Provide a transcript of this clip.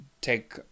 take